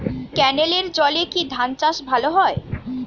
ক্যেনেলের জলে কি ধানচাষ ভালো হয়?